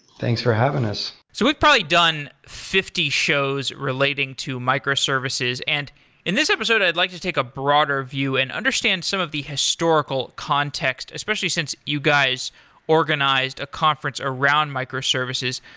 thanks for having us so we've probably done fifty shows relating to microservices, and in this episode i'd like to take a broader view and understand some of the historical context especially since you guys organized a conference around microservices.